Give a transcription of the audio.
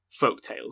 folktales